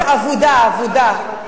מפלגת אבודה, אבודה.